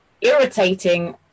irritating